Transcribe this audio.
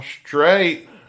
straight